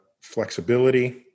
flexibility